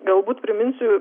galbūt priminsiu